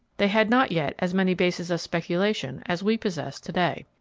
they had not yet as many bases of speculation as we possess today.